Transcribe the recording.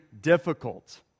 difficult